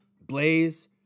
Blaze